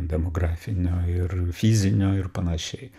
demografinio ir fizinio ir panašiai